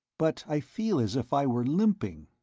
but i feel as if i were limping.